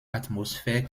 atmosphère